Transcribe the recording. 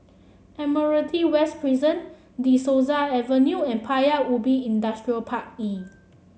Admiralty West Prison De Souza Avenue and Paya Ubi Industrial Park E